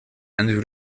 and